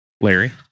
Larry